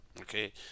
Okay